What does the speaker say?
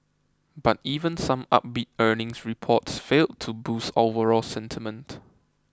but even some upbeat earnings reports failed to boost overall sentiment